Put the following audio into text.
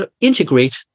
integrate